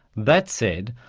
that said,